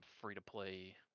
free-to-play